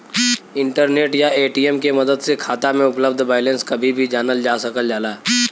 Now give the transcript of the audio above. internet या ATM के मदद से खाता में उपलब्ध बैलेंस कभी भी जानल जा सकल जाला